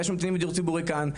ויש ממתינים בדיור ציבורי כאן,